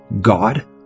God